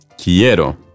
Quiero